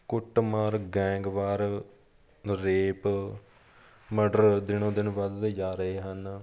ਕੁੱਟਮਾਰ gang war rape murder ਦਿਨੋ ਦਿਨ ਵੱਧਦੇ ਜਾ ਰਹੇ ਹਨ